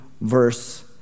verse